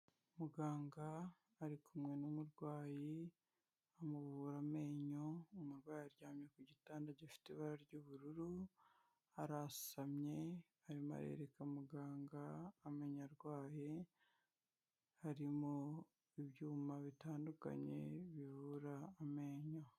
Umuganga ari kumwemwe n'umurwayi amubura amenyo umurwa aryamye ku gitanda gifite ibara ry'ubururu arasamye ari a yereka muganga amenya arwaye harimo ibyuma bitandukanye bibura amenyo.